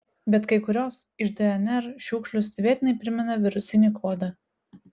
bet kai kurios iš dnr šiukšlių stebėtinai primena virusinį kodą